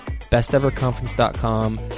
Besteverconference.com